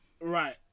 Right